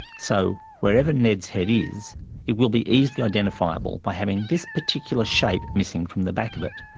so where ever ned's head is it will be easily identifiable by having this particular shape missing from the back of it.